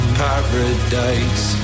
paradise